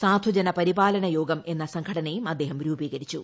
സാധുജന പരിപാലനയോഗം എന്ന സംഘടനയും അദ്ദേഹം രൂപീകരിച്ചു